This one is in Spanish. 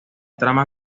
trama